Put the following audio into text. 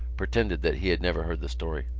pretended that he had never heard the story.